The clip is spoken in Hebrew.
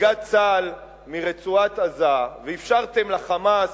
נסיגת צה"ל מרצועת-עזה ואפשרתם ל"חמאס"